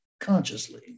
consciously